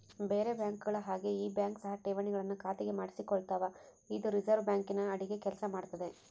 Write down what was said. ಬೇರೆ ಬ್ಯಾಂಕುಗಳ ಹಾಗೆ ಈ ಬ್ಯಾಂಕ್ ಸಹ ಠೇವಣಿಗಳನ್ನು ಖಾತೆಗೆ ಮಾಡಿಸಿಕೊಳ್ತಾವ ಇದು ರಿಸೆರ್ವೆ ಬ್ಯಾಂಕಿನ ಅಡಿಗ ಕೆಲ್ಸ ಮಾಡ್ತದೆ